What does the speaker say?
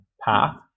path